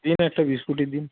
দিন একটা বিস্কুটই দিন